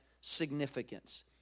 significance